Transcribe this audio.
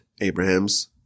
Abraham's